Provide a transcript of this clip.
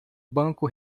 banco